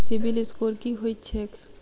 CIBIL score की होइत छैक?